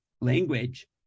language